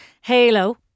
Halo